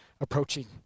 approaching